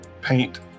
paint